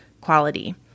quality